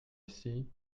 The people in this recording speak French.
ici